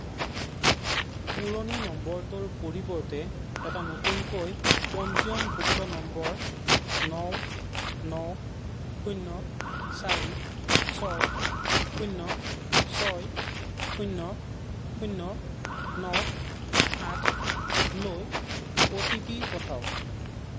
পুৰণি নম্বৰটোৰ পৰিৱৰ্তে এটা নতুনকৈ পঞ্জীয়নভুক্ত নম্বৰ ন ন শূন্য চাৰি ছয় শূন্য ছয় শূন্য শূন্য ন আঠলৈ অ'টিপি পঠাওক